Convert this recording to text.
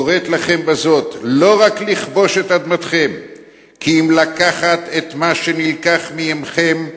קוראת לכם בזאת לא רק לכבוש את אדמתכם כי אם גם לקחת את מה שנלקח מעמכם,